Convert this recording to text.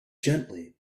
gently